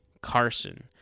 Carson